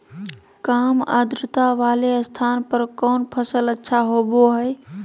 काम आद्रता वाले स्थान पर कौन फसल अच्छा होबो हाई?